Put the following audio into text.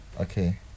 Okay